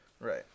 Right